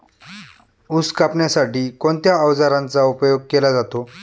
ऊस कापण्यासाठी कोणत्या अवजारांचा उपयोग केला जातो?